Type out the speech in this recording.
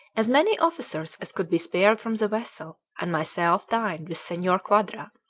as many officers as could be spared from the vessel and myself dined with senor quadra,